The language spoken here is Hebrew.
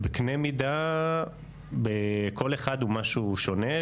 קנה מידה, כל אחד הוא משהו שונה.